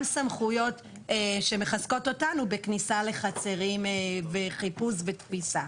סמכויות שמחזקות אותנו בכניסה לחצרים וחיפוש ותפיסה.